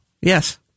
Yes